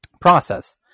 process